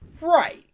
right